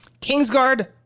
Kingsguard